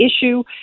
issue